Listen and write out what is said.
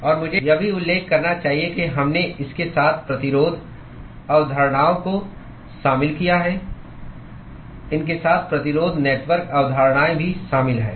और मुझे यह भी उल्लेख करना चाहिए कि हमने इसके साथ प्रतिरोध अवधारणाओं को शामिल किया है इनके साथ प्रतिरोध नेटवर्क अवधारणाएं भी शामिल हैं